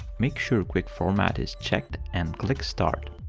make sure quick format is checked and click start.